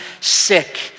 sick